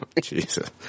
Jesus